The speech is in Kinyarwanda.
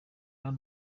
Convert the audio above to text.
hano